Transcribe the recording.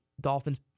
Dolphins